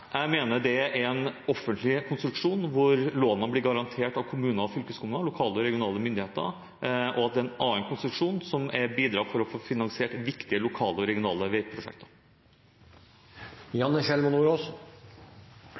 Jeg mener det er en offentlig konstruksjon, hvor lånene blir garantert av kommuner og fylkeskommuner, lokale og regionale myndigheter, og at det er en annen konstruksjon som er bidrag for å få finansiert viktige lokale og regionale